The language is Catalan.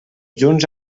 junts